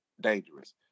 dangerous